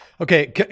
Okay